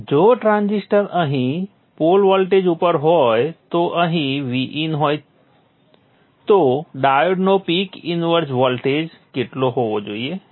જો ટ્રાન્ઝિસ્ટર અહીં pole voltage ઉપર હોય તો અહીં Vin હોય તો ડાયોડનો પીક ઇન્વર્સ વોલ્ટેજ કેટલો હોવો જોઇએ